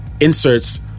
inserts